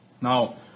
Now